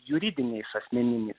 juridiniais asmenimis